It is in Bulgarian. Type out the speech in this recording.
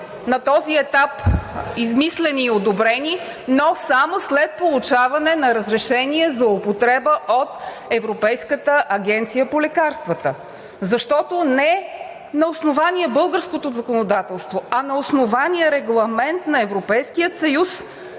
които са измислени и одобрени на този етап, но само след получаване на разрешение за употреба от Европейската агенция по лекарствата. Защото не на основание на българското законодателство, а на основание на Регламент на Европейския съюз